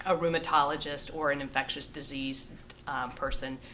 ah rheumatologist or and infectious disease person.